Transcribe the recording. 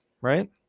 right